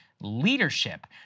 leadership